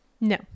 No